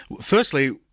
Firstly